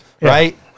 right